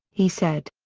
he said.